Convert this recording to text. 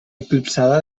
eclipsarà